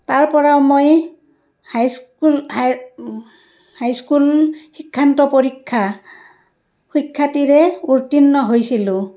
তাৰ পৰা মই high school high high school শিক্ষান্ত পৰীক্ষা সুখ্যাতিৰে উত্তীৰ্ণ হৈছিলোঁ